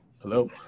Hello